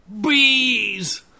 Bees